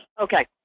Okay